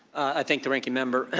i thank the ranking member.